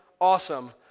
awesome